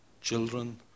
children